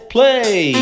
Play